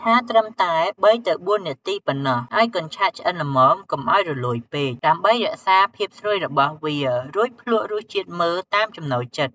ឆាត្រឹមតែ ៣ទៅ៤ នាទីប៉ុណ្ណោះ ឲ្យកញ្ឆែតឆ្អិនល្មម កុំឲ្យរលួយពេក ដើម្បីរក្សាភាពស្រួយរបស់វា រួចភ្លក់រសជាតិមើលតាមចំណូលចិត្ត។